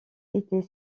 étaient